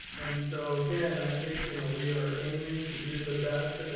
and so again, i think, you know we are aiming to do the best,